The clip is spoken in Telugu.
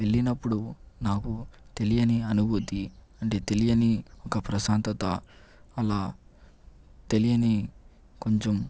వెళ్లినప్పుడు నాకు తెలియని అనుభూతి అంటే తెలియని ఒక ప్రశాంతత అలా తెలియని కొంచెం